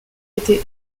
été